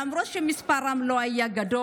למרות שמספרם לא היה גדול,